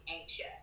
anxious